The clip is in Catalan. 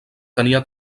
tenia